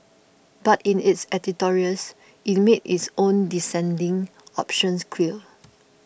but in its editorials it made its own dissenting options clear